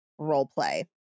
roleplay